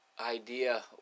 idea